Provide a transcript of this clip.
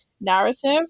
narrative